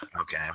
Okay